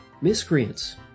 miscreants